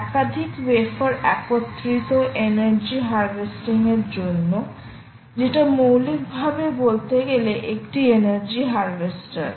একাধিক ওয়েফার একত্রিত energy harvesting এর জন্য যেটা মৌলিকভাবে বলতে গেলে একটি এনার্জি হারভেস্টার